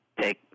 take